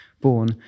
born